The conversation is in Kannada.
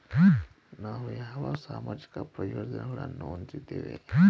ನಾವು ಯಾವ ಸಾಮಾಜಿಕ ಪ್ರಯೋಜನಗಳನ್ನು ಹೊಂದಿದ್ದೇವೆ?